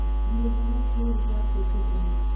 BSNL के recharge कैसे होयी?